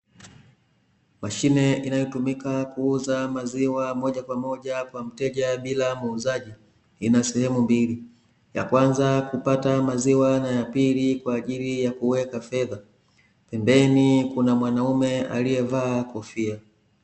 Mashine inayotumika kuuza maziwa moja kwa moja kwa mteja bila muuzaji; ina sehemu mbili ya kwanza kupata maziwa, na ya pili kwa ajili kuweka fedha. Pembeni kuna mwanaume aliyevaa kofia.